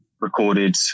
recorded